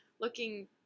looking